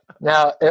Now